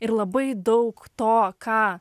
ir labai daug to ką